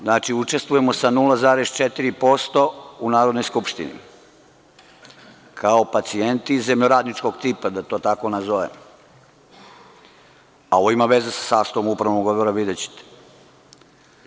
Znači, učestvujemo sa 0,4% u Narodnoj skupštini, kao pacijenti zemljoradničkog tipa da to tako nazovem, a ovo ima veze sa sastavom upravnog odbora, videćete.